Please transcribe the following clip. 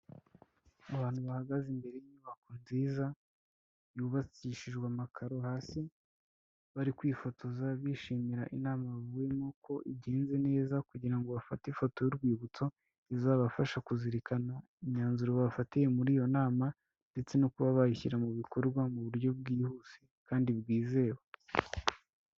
Abantu bahagaze imbere y'inyubako nziza, yubakishijwe amakaro hasi, bari kwifotoza bishimira inama bavuyemo ko igenze neza, kugira ngo bafate ifoto y'urwibutso, izabafasha kuzirikana imyanzuro bafatiye muri iyo nama, ndetse no kuba bayishyira mu bikorwa mu buryo bwihuse kandi bwizewe.